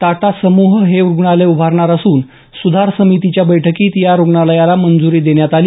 टाटा समूह हे रुग्णालय उभारणार असून सुधार समितीच्या बैठकीत या रुग्णालयाला मंजूरी देण्यात आली